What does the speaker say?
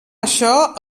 això